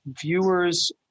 viewers